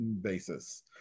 basis